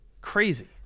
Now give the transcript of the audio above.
Crazy